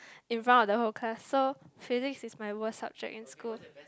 in front of the whole class so Physics is my worst subject in school